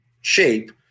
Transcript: shape